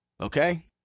okay